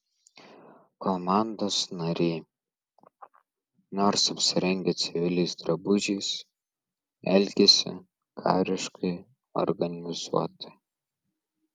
komandos nariai nors apsirengę civiliais drabužiais elgėsi kariškai organizuotai